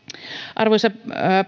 arvoisa